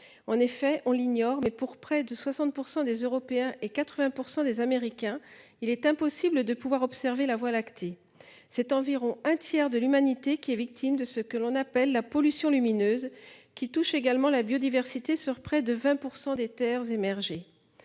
en effet, on l'ignore mais pour près de 60% des Européens et 80% des Américains, il est impossible de pouvoir observer la Voie lactée. C'est environ un tiers de l'humanité qui est victime de ce que l'on appelle la pollution lumineuse qui touche également la biodiversité sur près de 20% des Terres émergées.